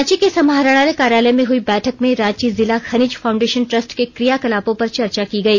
रांची के समाहरणालय कार्यालय में हुई बैठक में रांची जिला खनिज फाउंडेशन ट्रस्ट के िक्र याकलापों पर चर्चा की गई